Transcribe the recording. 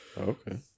Okay